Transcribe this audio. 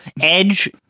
Edge